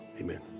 amen